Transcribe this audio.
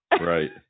Right